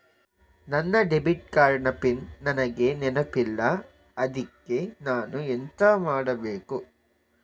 ನನ್ನ debit card ನ pin ನನಗೆ ನೆನಪಿಲ್ಲ ಅದ್ಕೆ ನಾನು ಎಂತ ಮಾಡಬೇಕು?